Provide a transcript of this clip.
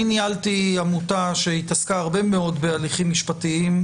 אני ניהלתי עמותה שהתעסקה הרבה מאוד בהליכים משפטיים,